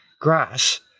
grass